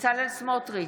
בצלאל סמוטריץ'